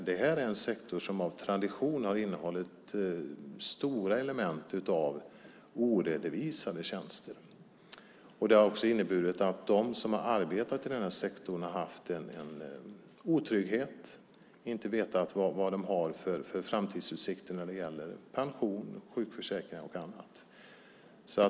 Det här är en sektor som av tradition har innehållit stora element av oredovisade tjänster. Det har inneburit att de som har arbetat i denna sektor har haft en otrygghet och inte vetat vilka framtidsutsikter de har när det gäller pension, sjukförsäkringar och annat.